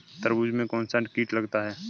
तरबूज में कौनसा कीट लगता है?